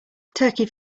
turkey